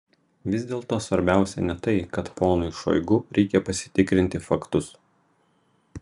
vis dėlto svarbiausia ne tai kad ponui šoigu reikia pasitikrinti faktus